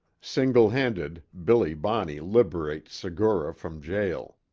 single handed billy bonney liberates segura from jail.